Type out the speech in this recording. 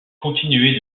continuait